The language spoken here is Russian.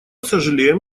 сожалеем